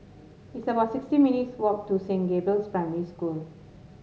it's about sixty minutes' walk to Saint Gabriel's Primary School